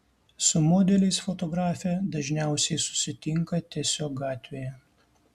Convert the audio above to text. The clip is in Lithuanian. su modeliais fotografė dažniausiai susitinka tiesiog gatvėje